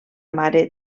mare